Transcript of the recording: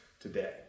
today